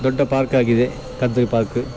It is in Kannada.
ದೊಡ್ಡ ಪಾರ್ಕ್ ಆಗಿದೆ ಕದ್ರಿ ಪಾರ್ಕ್